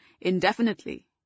indefinitely